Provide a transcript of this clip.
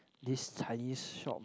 this Chinese shop